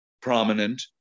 prominent